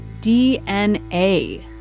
DNA